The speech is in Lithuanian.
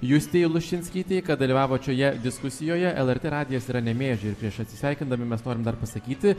justei luščinskytei dalyvavot šioje diskusijoje lrt radijas yra nemėžy prieš atsisveikindami mes norim dar pasakyti